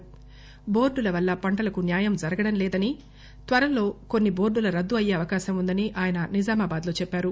టోర్డుల వల్ల పంటలకు న్యాయం జరగడంలేదని త్వరలో కొన్ని బోర్డులు రద్దయ్యే అవకాశం ఉందని ఆయన నిజామాబాద్ లో చెప్పారు